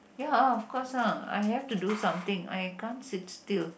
ya of course ah I have to do something I can't sit still